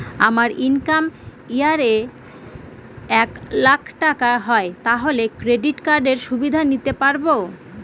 আমার income year এ এক লাক টাকা হয় তাহলে ক্রেডিট কার্ড এর সুবিধা নিতে পারবো?